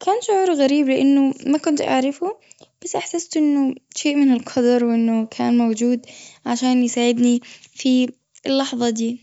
كان شعور غريب أنه ما كنت أعرفه بس أحسست أنه شيء من القدر وأنه كان موجود عشان يساعدني في اللحظة دي.